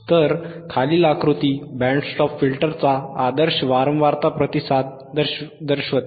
तर खालील आकृती बँड स्टॉप फिल्टरचा आदर्श वारंवारता प्रतिसाद दर्शवते